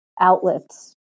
outlets